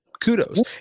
Kudos